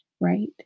right